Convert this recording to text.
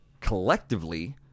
collectively